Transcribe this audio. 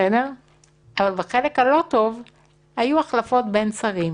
אבל בחלק הלא טוב היו החלפות בין שרים